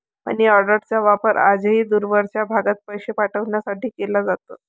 मनीऑर्डरचा वापर आजही दूरवरच्या भागात पैसे पाठवण्यासाठी केला जातो